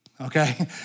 Okay